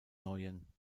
neuen